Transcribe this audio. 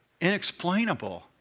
inexplainable